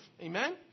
Amen